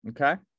okay